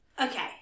okay